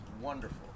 wonderful